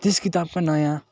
त्यस किताबका नयाँ